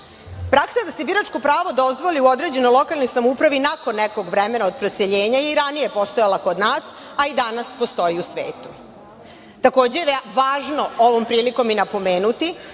Praksa je da se biračko pravo dozvoli u određenoj lokalnoj samoupravi nakon nekog vremena od preseljenja i ranije je postojala kod nas, a i danas postoji u svetu. Takođe je važno ovom prilikom i napomenuti